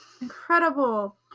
Incredible